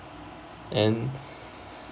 and